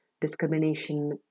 discrimination